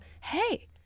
hey